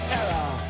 error